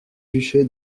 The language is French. duché